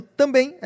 também